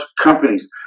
companies